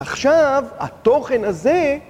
עכשיו התוכן הזה